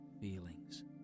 feelings